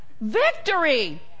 Victory